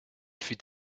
fut